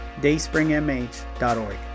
dayspringmh.org